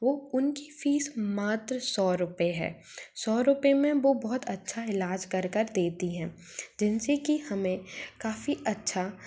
वो उनकी फीस मात्र सौ रुपए है सौ रुपए में वो बहुत अच्छा इलाज कर कर देती हैं जिनसे कि हमें काफ़ी अच्छा